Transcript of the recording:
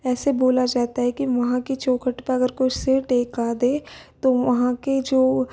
ऐसे बोला जाता है कि वहाँ के चौखट पर अगर कोई सिर टिका दे तो वहाँ के जो